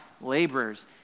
laborers